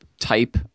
type